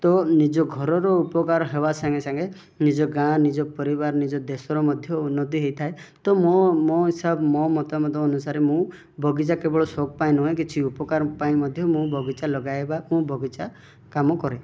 ତ ନିଜ ଘରର ଉପକାର ହେବା ସାଙ୍ଗେ ସାଙ୍ଗେ ନିଜ ଗାଁ ନିଜ ପରିବାର ନିଜ ଦେଶର ମଧ୍ୟ ଉନ୍ନତି ହେଇଥାଏ ତ ମୋ ମୋ ହିସାବ ମୋ ମତାମତ ଅନୁସାରେ ମୁଁ ବଗିଚା କେବଳ ସଉକ ପାଇଁ ନୁହେଁ କିଛି ଉପକାର ପାଇଁ ମଧ୍ୟ୍ୟ ମୁଁ ବଗିଚା ଲଗାଏ ବା ମୁଁ ବଗିଚା କାମ କରେ